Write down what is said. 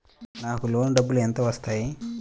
నాకు లోన్ డబ్బులు ఎంత వస్తాయి?